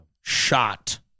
shot